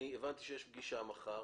הבנתי שיש פגישה מחר.